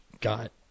got